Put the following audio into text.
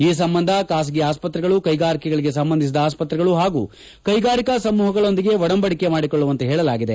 ಈ ಸಂಬಂಧ ಖಾಸಗಿ ಆಸ್ಪತ್ರೆಗಳು ಕೈಗಾರಿಕೆಗಳಿಗೆ ಸಂಬಂಧಿಸಿದ ಆಸ್ಪತ್ರೆಗಳು ಹಾಗೂ ಕೈಗಾರಿಕಾ ಸಮೂಹಗಳೊಂದಿಗೆ ಒಡಂಬಡಿಕೆ ಮಾಡಿಕೊಳ್ಳುವಂತೆ ಹೇಳಲಾಗಿದೆ